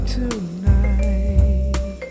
tonight